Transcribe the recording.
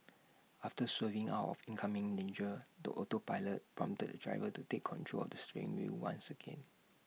after swerving out of incoming danger the autopilot prompted the driver to take control of the steering wheel once again